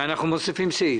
ואנחנו מוסיפים סעיף.